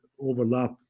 overlap